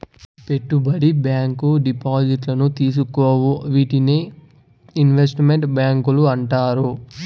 పెట్టుబడి బ్యాంకు డిపాజిట్లను తీసుకోవు వీటినే ఇన్వెస్ట్ మెంట్ బ్యాంకులు అంటారు